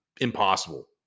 impossible